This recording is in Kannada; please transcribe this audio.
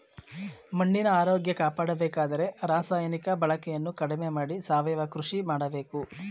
ಮಣ್ಣಿನ ಆರೋಗ್ಯ ಕಾಪಾಡಬೇಕಾದರೆ ರಾಸಾಯನಿಕ ಬಳಕೆಯನ್ನು ಕಡಿಮೆ ಮಾಡಿ ಸಾವಯವ ಕೃಷಿ ಮಾಡಬೇಕು